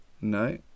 No